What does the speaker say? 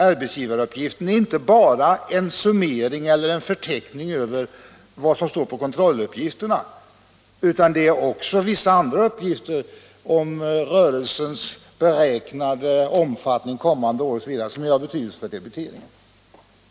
Arbetsgivaruppgiften upptar nämligen inte bara en förteckning över vad som står på kontrolluppgifterna, utan där skall också redovisas vissa andra uppgifter som är av betydelse för debiteringen, t.ex. uppgift om rörelsens beräknade omfattning kommande år osv.